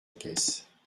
caisse